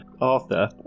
Arthur